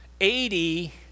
Eighty